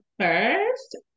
first